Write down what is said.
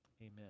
amen